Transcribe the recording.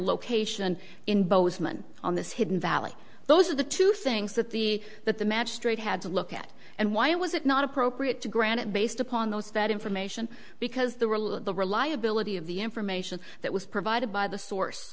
location in bozeman on this hidden valley those are the two things that the that the magistrate had to look at and why was it not appropriate to grant it based upon those that information because the release of the reliability of the information that was provided by the source